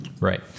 Right